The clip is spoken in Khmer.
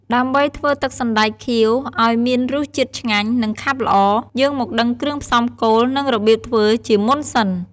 ដើម្បីធ្វើទឹកសណ្ដែកខៀវឱ្យមានរសជាតិឆ្ងាញ់ និងខាប់ល្អ យើងមកដឹងគ្រឿងផ្សំគោលនិងរបៀបធ្វើជាមុនសិន។